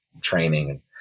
training